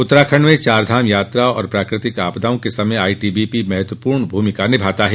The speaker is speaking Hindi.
उत्तराखण्ड में चारधाम यात्रा एवं प्राकृतिक आपदाओं के समय आईटीबी पी महत्वपूर्ण भूमिका निभाती है